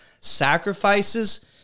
sacrifices